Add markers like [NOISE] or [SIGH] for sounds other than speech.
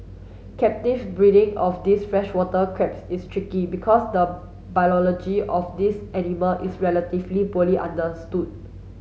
captive breeding of these freshwater crabs is tricky because the [UNINTELLIGIBLE] of these animal is relatively poorly understood